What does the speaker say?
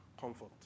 comfort